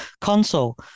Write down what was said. Console